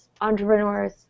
entrepreneurs